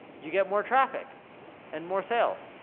you get more traffic and more sales.